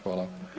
Hvala.